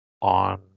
on